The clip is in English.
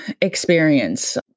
experience